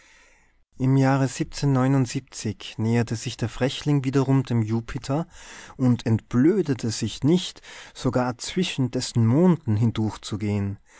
im jahre näherte sich der frechling wiederum dem jupiter und entblödete sich nicht sogar zwischen dessen monden hindurchzugehen